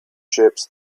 shapes